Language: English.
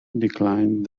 declined